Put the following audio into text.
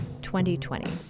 2020